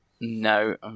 No